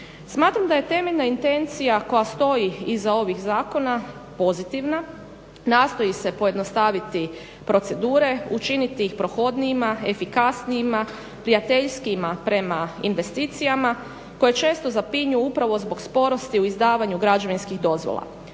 Smatram da je temeljna intencija koja stoji iza ovih zakona pozitivna, nastoji se pojednostaviti procedure, učiniti ih prohodnijima, efikasnijima, prijateljskijima prema investicijama koje često zapinju upravo zbog sporosti u izdavanju građevinskih dozvola.